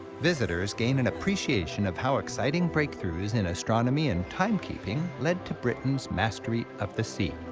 visitors gain an appreciation of how exciting breakthroughs in astronomy and timekeeping led to britain's mastery of the sea.